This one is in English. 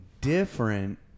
different